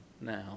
now